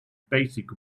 basic